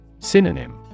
Synonym